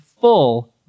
full